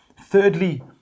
Thirdly